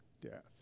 death